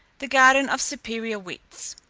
the garden of superior wits.